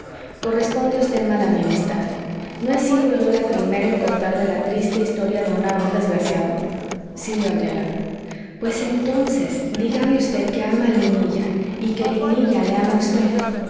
corresponde usted mal a mi amistad no he sido yo la primera en contarle la triste historia de un amor desgraciado sí gabriela pues entonces dígame usted que ama a linilla y que linilla le ama a usted